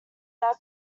that